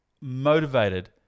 motivated